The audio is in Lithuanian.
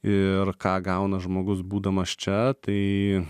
ir ką gauna žmogus būdamas čia tai